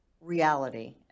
reality